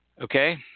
Okay